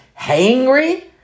hangry